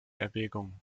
erwägungen